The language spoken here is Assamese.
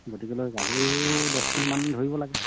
গতিকেলৈ গাহৰিও দহ কিলোমান ধৰিব লাগে